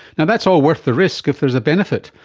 that's all worth the risk if there is a benefit.